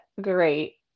great